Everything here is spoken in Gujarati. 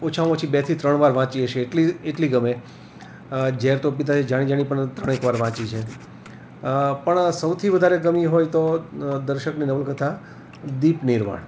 ઓછામાં ઓછી બેથી ત્રણ વાર વાંચી હશે એટલી એટલી ગમે ઝેર તો પીધાં છે જાણી જાણી પણ ત્રણેક વાર વાંચી છે પણ સૌથી વધારે ગમી હોય તો દર્શકની નવલકથા દીપ નિર્વાણ